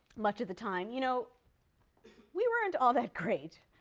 much of the time you know we weren't all that great.